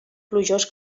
plujós